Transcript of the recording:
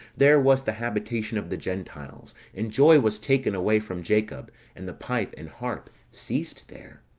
there was the habitation of the gentiles and joy was taken away from jacob, and the pipe and harp ceased there.